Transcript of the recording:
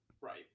right